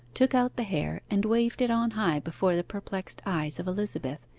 took out the hair, and waved it on high before the perplexed eyes of elizabeth,